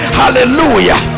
hallelujah